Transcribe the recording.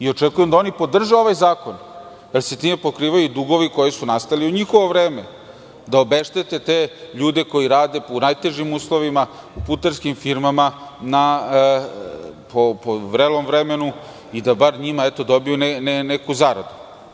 Očekujem da oni podrže ovaj zakon, jer se time pokrivaju dugovi koji su nastali u njihovo vreme, da obeštete te ljude koji rade u najtežim uslovima, u putarskim firmama, po vrelom vremenu i da bar oni dobiju neku zaradu.